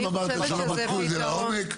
אם אמרת שלא בדקו את זה לעומק,